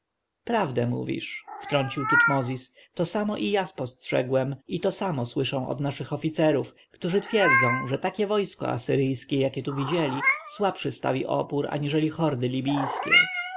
prawdę mówisz wtrącił tutmozis to samo i ja spostrzegłem i to samo słyszę od naszych oficerów którzy twierdzą że takie wojsko asyryjskie jakie tu widzieli słabszy stawi opór aniżeli hordy libijskie